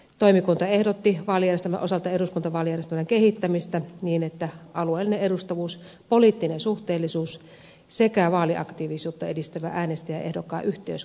toimikunta ehdotti vaalijärjestelmän osalta eduskuntavaalijärjestelmän kehittämistä niin että alueellinen edustavuus poliittinen suhteellisuus sekä vaaliaktiivisuutta edistävä äänestäjäehdokkaan yhteys korostuisivat